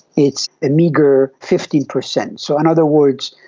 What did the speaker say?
it's a meagre fifteen percent. so in other words,